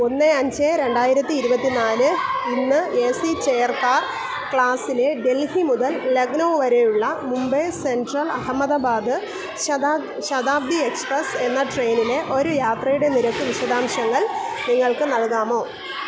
ഒന്ന് അഞ്ച് രണ്ടായിരത്തി ഇരുപത്തി നാല് ഇന്ന് എ സി ചെയർ കാർ ക്ലാസ്സിലെ ഡൽഹി മുതൽ ലക്നൗ വരെയുള്ള മുംബൈ സെൻട്രൽ അഹമ്മദാബാദ് ശതാ ശതാബ്ദി എക്സ്പ്രസ്സ് എന്ന ട്രെയിനിലെ ഒരു യാത്രയുടെ നിരക്ക് വിശദാംശങ്ങൾ നിങ്ങൾക്ക് നൽകാമോ